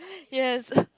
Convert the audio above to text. yes